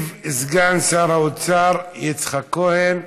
ישיב, סגן שר האוצר יצחק כהן,